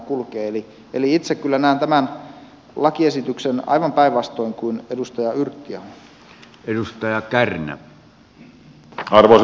eli itse kyllä näen tämän lakiesityksen aivan päinvastoin kuin edustaja yrttiaho